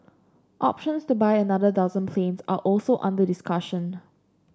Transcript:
options to buy another dozen planes are also under discussion